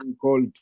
called